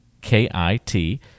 K-I-T